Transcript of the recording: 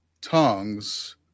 tongues